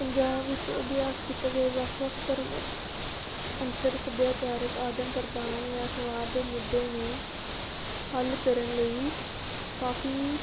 ਪੰਜਾਬ ਵਿੱਚ ਅਭਿਆਸ ਕੀਤੇ ਗਏ ਵੱਖ ਵੱਖ ਧਰਮ ਅੰਤਰ ਸੱਭਿਆਚਾਰਕ ਆਦਾਨ ਪ੍ਰਦਾਨ ਜਾਂ ਸਮਾਜ ਦੇ ਮੁੱਦੇ ਨੂੰ ਹੱਲ ਕਰਨ ਲਈ ਕਾਫ਼ੀ